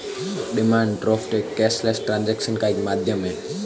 demand draft एक cashless transaction का एक माध्यम है